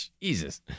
Jesus